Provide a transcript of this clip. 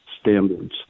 standards